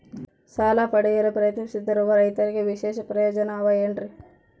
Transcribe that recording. ಸಾಲ ಪಡೆಯಲು ಪ್ರಯತ್ನಿಸುತ್ತಿರುವ ರೈತರಿಗೆ ವಿಶೇಷ ಪ್ರಯೋಜನ ಅವ ಏನ್ರಿ?